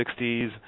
60s